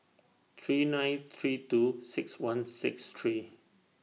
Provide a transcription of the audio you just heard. three nine three two six one six three